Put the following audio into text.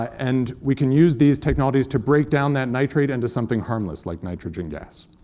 and we can use these technologies to break down that nitrate into something harmless like nitrogen gas.